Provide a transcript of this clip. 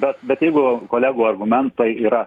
bet bet jeigu kolegų argumentai yra